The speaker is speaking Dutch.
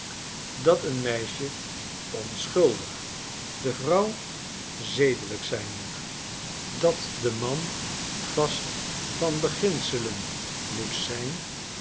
dat een meisje onschuldig de vrouw zedelijk zijn moet dat de man vast van beginselen zijn